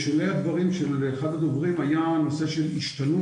בשולי הדברים של אחד הדוברים היה הנושא של השתנות